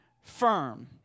firm